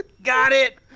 got it!